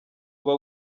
uba